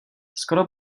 skoro